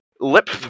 lip